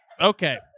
okay